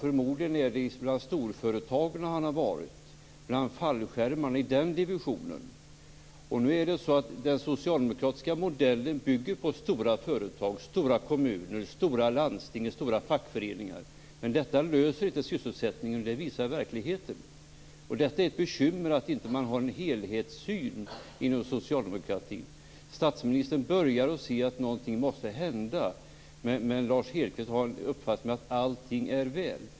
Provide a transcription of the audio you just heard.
Förmodligen är det bland storföretagen han har varit, i divisionen bland fallskärmarna. Den socialdemokratiska modellen bygger på stora företag, stora kommuner, stora landsting och stora fackföreningar. Men detta löser inte problemet med sysselsättningen, det visar verkligheten. Det är ett bekymmer att man inte har en helhetssyn inom socialdemokratin. Statsministern börjar se att någonting måste hända, men Lars Hedfors har uppfattningen att allting är väl.